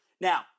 Now-